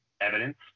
evidence